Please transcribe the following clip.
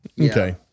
Okay